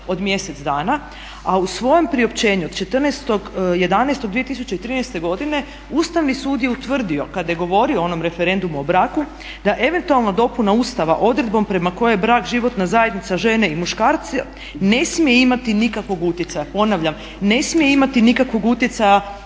od mjesec dana a u svojem priopćenju od 14.11.2013. godine Ustavni sud je utvrdio kada je govorio o onom referendumu o braku da eventualno dopuna Ustava odredbom prema kojoj je brak životna zajednica žene i muškarca ne smije imati nikakvog utjecaja. Ponavljam ne smije imati nikakvog utjecaja